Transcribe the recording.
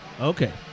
Okay